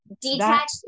Detached